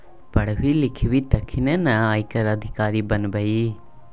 पढ़बिही लिखबिही तखने न आयकर अधिकारी बनबिही